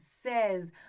says